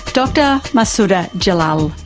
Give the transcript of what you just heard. dr massouda jalal,